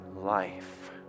life